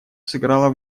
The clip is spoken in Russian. сыграла